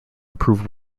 improve